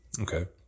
Okay